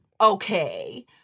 Okay